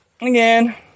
again